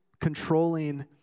controlling